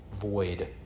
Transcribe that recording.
void